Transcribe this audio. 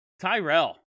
Tyrell